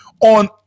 on